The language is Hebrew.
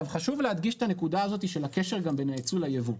חשוב להדגיש את הנקודה הזאת של הקשר גם בין היצוא ליבוא.